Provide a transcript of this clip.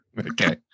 Okay